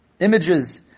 images